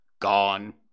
gone